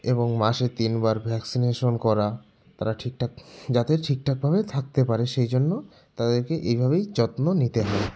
এবং মাসে তিনবার ভ্যাকসিনেশন করা তারা ঠিকঠাক যাতে ঠিকঠাকভাবে থাকতে পারে সেই জন্য তাদেরকে এইভাবেই যত্ন নিতে হয়